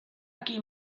aquí